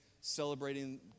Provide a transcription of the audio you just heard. celebrating